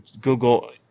google